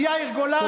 מיאיר גולן,